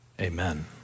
Amen